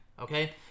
Okay